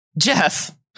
Jeff